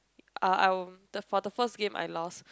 uh I um for the first game I lost